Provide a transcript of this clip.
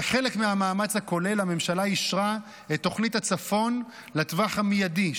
כחלק מהמאמץ הכולל הממשלה אישרה את תוכנית הצפון לטווח המיידי,